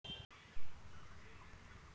चीनेर बाद भारतत बांसेर खेती सबस बेसी ह छेक